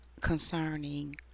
concerning